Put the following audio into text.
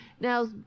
Now